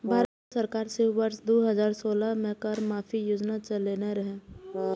भारत सरकार सेहो वर्ष दू हजार सोलह मे कर माफी योजना चलेने रहै